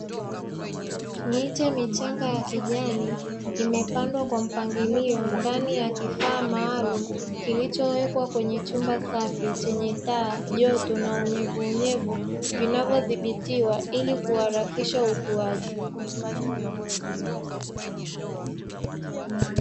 Miche michanga ya kijani imepandwa kwa mpangilio ndani ya kifaa maalumu kilichowekwa kwenye chumba safi chenye taa, joto na Unyevunyevu, vinavyodhibitiwa ili kuharakisha ukuaji.